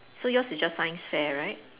so yours is just science fair right